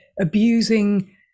abusing